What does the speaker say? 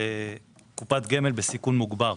לקופת גמל בסיכון מוגבר.